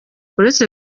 uretse